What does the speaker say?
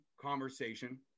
conversation